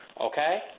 Okay